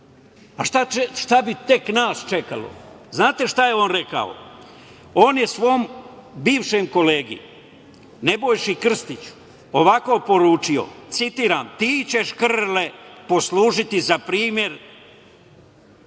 Šta bi tek nas čekalo? Znate šta je on rekao? On je svom bivšem kolegi Nebojši Krstiću ovako poručio, citiram: "Ti ćeš, Krle, poslužiti za primer,